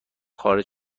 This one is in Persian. خارج